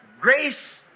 grace